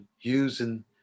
using